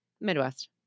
Midwest